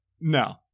No